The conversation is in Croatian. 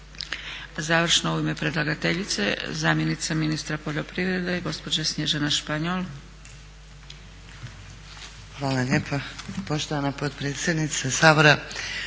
Završno u ime predlagateljice zamjenica ministra poljoprivrede gospođa Snježana Španjol.